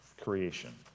Creation